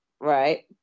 right